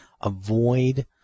avoid